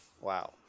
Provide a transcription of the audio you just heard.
Wow